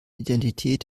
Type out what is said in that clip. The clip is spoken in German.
identität